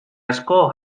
asko